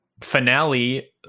finale